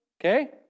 okay